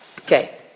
okay